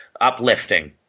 uplifting